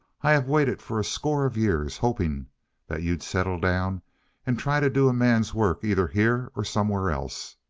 i have waited for a score of years, hoping that you'd settle down and try to do a man's work either here or somewhere else.